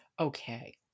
Okay